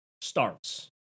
starts